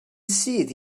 syth